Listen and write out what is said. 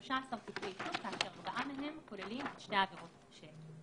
13 תיקי אישום כאשר ארבעה מהם כוללים את שתי העבירות שהזכרתי.